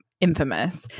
infamous